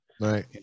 right